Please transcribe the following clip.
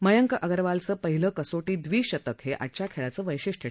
मयंक अग्रवालचं पहिलं कसोटी द्विशतक हे आजच्या खेळाचं वैशिष्ट्यं